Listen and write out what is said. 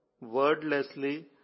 Wordlessly